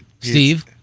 Steve